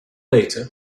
later